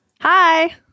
Hi